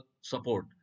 support